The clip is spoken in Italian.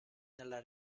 nella